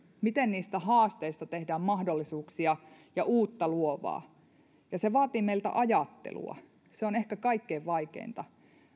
miten näistä haasteista tehdään mahdollisuuksia ja luodaan uutta se vaatii meiltä ajattelua se on ehkä kaikkein vaikeinta